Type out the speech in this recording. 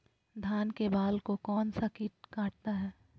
धान के बाल को कौन सा किट काटता है?